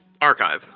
archive